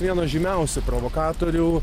vienas žymiausių provokatorių